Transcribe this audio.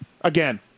again